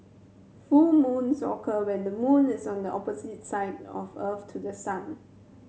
full moons occur when the moon is on the opposite side of Earth to the sun